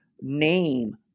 name